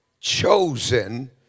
Chosen